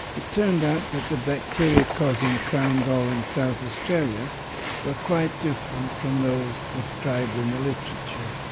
it turned out that the bacteria causing crown gall in south australia were quite different from those described in the literature.